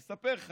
אני אספר לך.